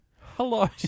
Hello